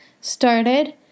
started